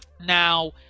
Now